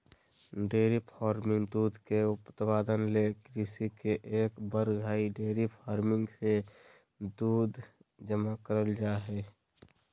dairy farming दूध के उत्पादन ले कृषि के एक वर्ग हई डेयरी फार्मिंग मे दूध जमा करल जा हई